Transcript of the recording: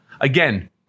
again